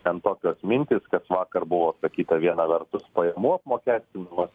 ten tokios mintys kas vakar buvo sakyta viena vertus pajamų apmokestinimas